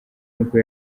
ubwo